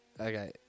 Okay